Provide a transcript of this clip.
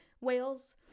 whales